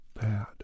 bad